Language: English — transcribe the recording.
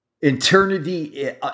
eternity